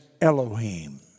Elohim